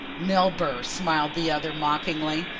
milburgh! smiled the other mockingly.